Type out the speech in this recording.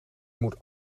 moet